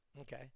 Okay